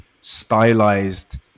stylized